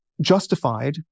justified